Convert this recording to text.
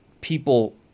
people